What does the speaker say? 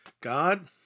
God